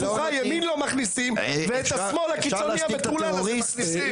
ימין לא מכניסים ואת השמאל הקיצוני המטורלל הזה מכניסים.